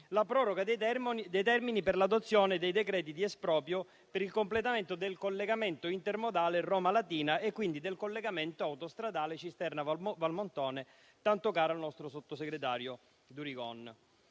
alla proroga dei termini per l'adozione dei decreti di esproprio per il completamento del collegamento intermodale Roma-Latina e, quindi, del collegamento autostradale Cisterna-Valmontone, tanto caro al nostro sottosegretario Durigon.